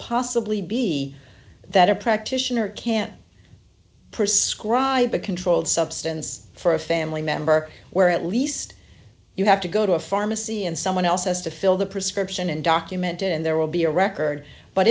possibly be that a practitioner can't pursue a controlled substance for a family member where at least you have to go to a pharmacy and someone else has to fill the prescription and document in there will be a record but